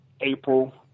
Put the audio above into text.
April